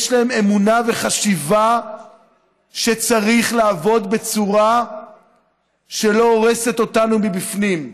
יש להם אמונה וחשיבה שצריך לעבוד בצורה שלא הורסת אותנו מבפנים.